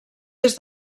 des